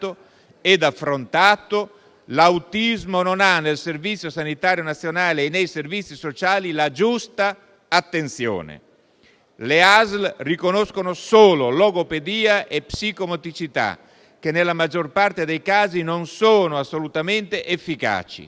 e affrontato, l'autismo non ha, nel Servizio sanitario nazionale e nei servizi sociali, la giusta attenzione. Le ASL riconoscono solo logopedia e psicomotricità, che, nella maggior parte dei casi, non sono assolutamente efficaci.